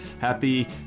happy